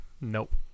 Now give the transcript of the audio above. Nope